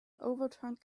overturned